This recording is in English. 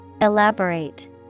Elaborate